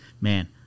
Man